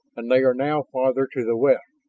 and they are now farther to the west.